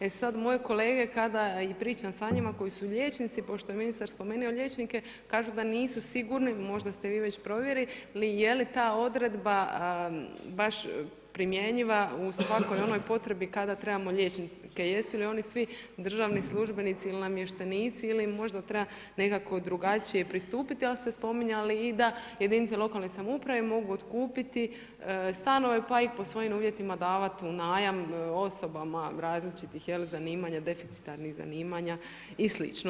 E sada moje kolege kada pričam s njima koji su liječnici pošto je ministar spomenuo liječnike kažu da nisu sigurni, možda ste vi već provjerili jeli ta odredba baš primjenjiva u svakoj onoj potrebi kada trebamo liječnike, jesu li oni svi državni službenici ili namještenici ili možda treba nekako drugačije pristupit, ali ste spominjali i da jedinica lokalne samouprave mogu otkupiti stanove pa im po svojim uvjetima davati u najam osobama različitih zanimanja deficitarnih zanimanja i slično.